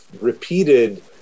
repeated